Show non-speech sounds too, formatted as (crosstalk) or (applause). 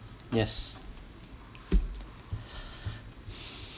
yes (breath)